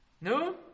No